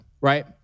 right